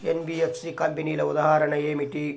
NBFC కంపెనీల ఉదాహరణ ఏమిటి?